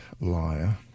Liar